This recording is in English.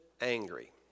angry